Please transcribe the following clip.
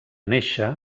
néixer